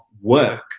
work